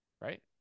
right